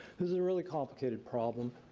this is a really complicated problem.